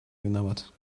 виноват